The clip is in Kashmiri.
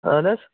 اَہَن حظ